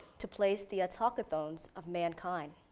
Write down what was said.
to place the autochthones of mankind.